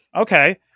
Okay